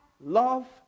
love